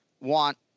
want